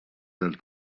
del